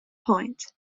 point